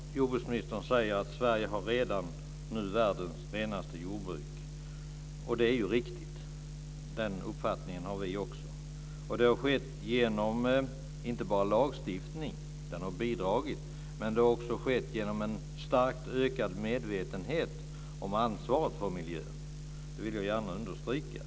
Fru talman! Jordbruksministern säger att Sverige redan nu har världens renaste jordbruk. Det är ju riktigt. Den uppfattningen har vi också, och det beror inte bara på lagstiftning, även om den har bidragit. Det beror också på en starkt ökad medvetenhet om ansvaret för miljön. Det vill jag gärna understryka.